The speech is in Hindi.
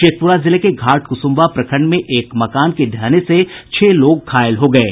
शेखपुरा जिले में घाटकुसुम्भा प्रखंड में एक मकान के ढहने से छह लोग घायल हो गये